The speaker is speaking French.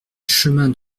chemin